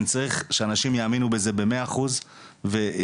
אני צריך שאנשים יאמינו בזה במאה אחוז ועל